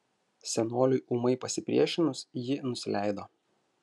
senoliui ūmai pasipriešinus ji nusileido